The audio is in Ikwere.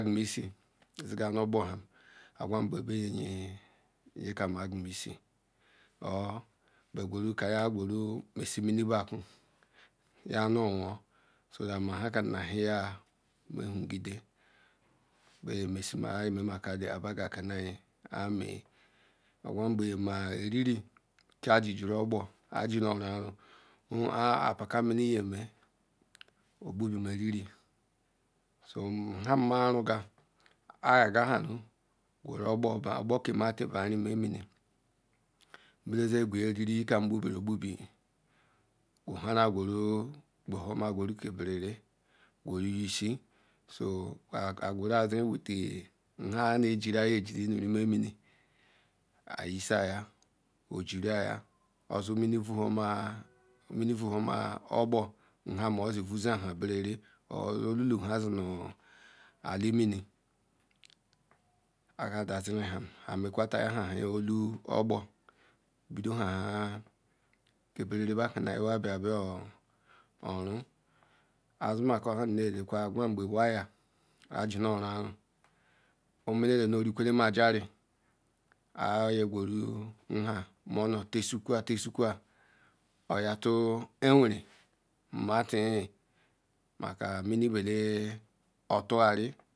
Egumisi se ga nu obpo ham egwgbe be ye kam ega misi bu guru ku ehu guru mesho mini baku ya nuo wan so ma hakam ma ehi mu digem besi ma hi ba ka kolu ihi ome egwgbe ma a riri ja isiri objo a na rune wone ha baka mini ma ji iriri, ham ma reum ga elri ya se ham guru obopo k. Mati mba neme mini sizi guhia iriri kam bubiri bubi guwu hira guru gi berara sezi with ha ye ji diy ji nu reme mini ehi eshia ya oji ra ya osi mini, ovuwa ma obpo ham osi orsa haram berara, odulu ha si oun eli mini, he ya dasiri ham amenka obopo budu ha ki berera ba ki nu iha wa bia renu ha si maku ham neleka egwgbe wire aji na reun emela orekulem ajiri ihia guru ha molenu tausigua taisigua oruatu awenera madi maka mini bele oturware.